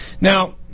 now